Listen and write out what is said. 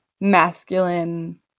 masculine